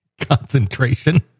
concentration